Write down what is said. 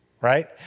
right